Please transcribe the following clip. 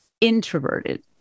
introverted